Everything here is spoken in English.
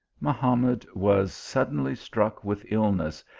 mahamad was suddenly struck with illness,